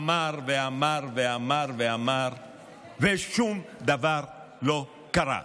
אמר ואמר ואמר ושום דבר לא קרה.